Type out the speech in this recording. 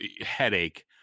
headache